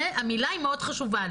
המילה היא מאוד חשובה לי.